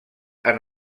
han